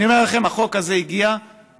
אני אומר לכם שהחוק הזה הגיע מהציבור.